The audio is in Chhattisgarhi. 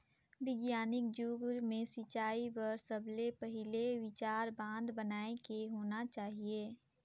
बिग्यानिक जुग मे सिंचई बर सबले पहिले विचार बांध बनाए के होना चाहिए